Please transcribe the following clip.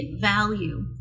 value